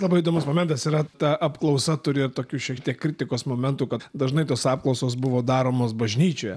labai įdomus momentas yra ta apklausa turėjo tokių šiek tiek kritikos momentų kad dažnai tos apklausos buvo daromos bažnyčioje